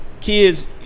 kids